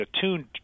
tuned